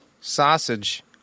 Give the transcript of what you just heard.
Sausage